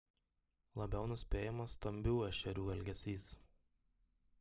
labiau nuspėjamas stambių ešerių elgesys